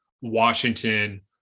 washington